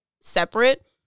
separate